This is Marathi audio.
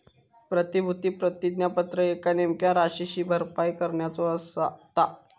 प्रतिभूती प्रतिज्ञापत्र एका नेमक्या राशीची भरपाई करण्याचो असता